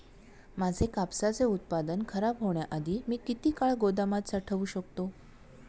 माझे कापसाचे उत्पादन खराब होण्याआधी मी किती काळ गोदामात साठवू शकतो?